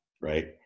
right